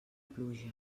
pluja